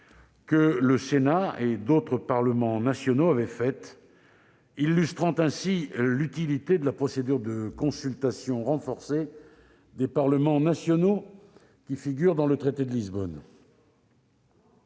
que le Sénat et d'autres parlements nationaux avaient émises, illustrant ainsi l'utilité de la procédure de consultation renforcée des parlements nationaux qui figure dans le traité de Lisbonne.